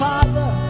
Father